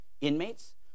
inmates